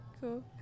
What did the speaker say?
Cool